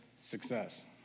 success